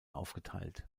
aufgeteilt